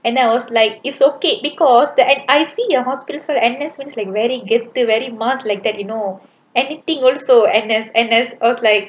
and then I was like it's okay because that I see your hospital nurse anaes like very கெத்து:gethu very much like that you know anything also anaes anaes I was like